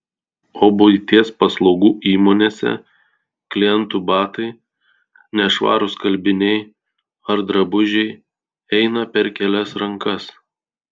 o buities paslaugų įmonėse klientų batai nešvarūs skalbiniai ar drabužiai eina per kelias rankas